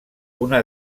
una